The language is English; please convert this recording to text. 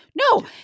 no